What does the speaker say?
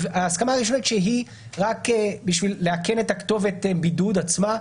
שהיא רק בשביל לאכן את כתובת הבידוד עצמה,